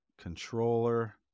controller